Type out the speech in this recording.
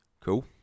cool